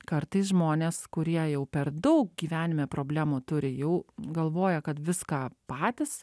kartais žmonės kurie jau per daug gyvenime problemų turi jau galvoja kad viską patys